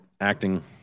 acting